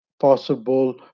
possible